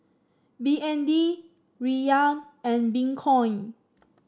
B N D Riyal and Bitcoin